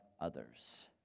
others